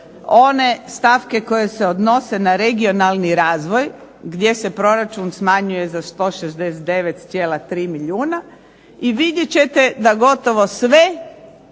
one stavke koje se odnose na regionalni razvoj, gdje se proračun smanjuje za 169,3 milijuna i vidjet ćete da gotovo sve